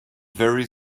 very